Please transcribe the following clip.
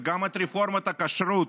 וגם את רפורמת הכשרות,